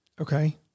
Okay